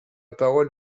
parole